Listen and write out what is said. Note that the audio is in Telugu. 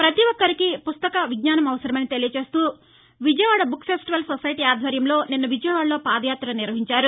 ప్రపతి ఒక్కరికీ పుస్తక విజ్ఞానం అవసరమని తెలియచేస్తూ విజయవాడ బుక్ ఫెస్టివల్ సొసైటీ ఆధ్వర్యంలో నిన్న విజయవాడలో పాదయాత్ర నిర్వహించారు